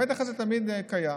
המתח הזה תמיד קיים.